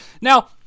Now